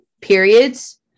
periods